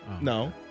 No